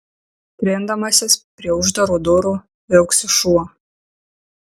trindamasis prie uždarų durų viauksi šuo